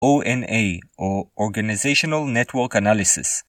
ONA, או Organizational Network Analysis.